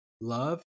love